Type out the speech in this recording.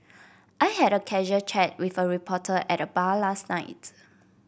I had a casual chat with a reporter at the bar last night